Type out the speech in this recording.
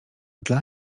dla